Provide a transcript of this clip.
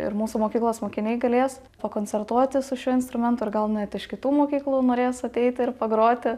ir mūsų mokyklos mokiniai galės pakoncertuoti su šiuo instrumentu ir gal net iš kitų mokyklų norės ateiti ir pagroti